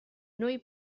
noi